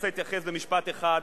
אני רוצה להתייחס במשפט אחד,